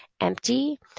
empty